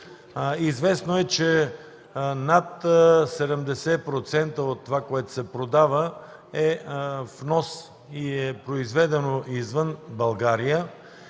Известно е, че над 70% от това, което се продава, е внос и е произведено извън България,